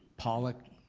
pollock